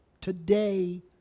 today